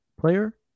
player